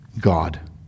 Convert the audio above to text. God